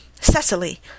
Cecily